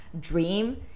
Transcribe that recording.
dream